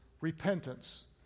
repentance